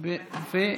הוועדה,